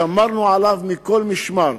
שמרנו עליו מכל משמר,